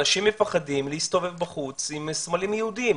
אנשים מפחדים להסתובב בחוץ עם סמלים יהודיים.